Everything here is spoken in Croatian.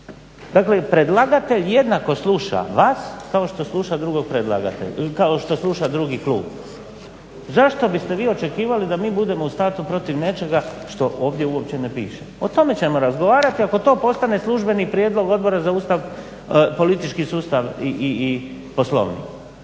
Dakle, predlagatelj jednako sluša vas kao što sluša drugi klub. Zašto biste vi očekivali da mi budemo u startu protiv nečega što ovdje uopće ne piše? O tome ćemo razgovarati ako to postane službeni prijedlog Odbora za Ustav, politički sustav i Poslovnik.